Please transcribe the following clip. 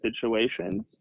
situations